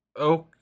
okay